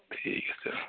ঠিক আছে